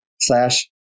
slash